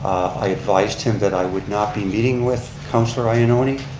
i advised him that i would not be meeting with councilor ioannoni.